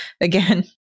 again